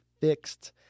fixed